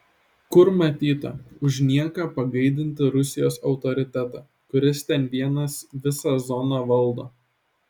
kur matyta už nieką pagaidinti rusijos autoritetą kuris ten vienas visą zoną valdo